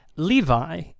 Levi